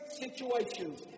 situations